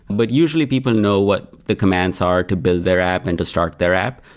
but usually, people know what the commands are to build their app and to start their app.